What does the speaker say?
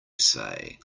say